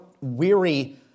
weary